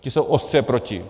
Ti jsou ostře proti.